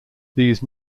these